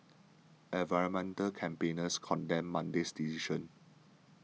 environmental campaigners condemned Monday's decision